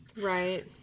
Right